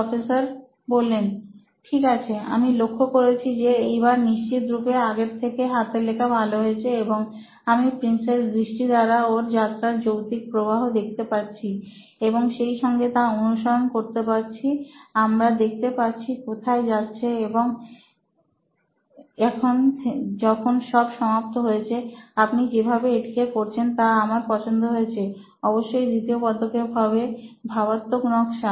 professor ঠিক আছে আমি লক্ষ্য করেছি যে এইবার নিশ্চিত রূপে আগের থেকে হাতের লেখা ভালো হয়েছে এবং আমি প্রিন্সের দৃষ্টি দ্বারা ওর যাত্রার যৌক্তিক প্রবাহ দেখতে পাচ্ছি এবং সেইসঙ্গে তা অনুসরণ করতে পারছি আমরা দেখতে পাচ্ছি কোথায় যাচ্ছে এবং এখন যখন সব সমাপ্ত হয়েছে আপনি যেভাবে এটিকে করেছেন তা আমার পছন্দ হয়েছে অবশ্যই দ্বিতীয় পদক্ষেপ হবে ভাবাত্বক নকশা